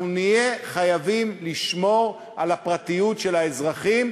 אנחנו נהיה חייבים לשמור על הפרטיות של האזרחים,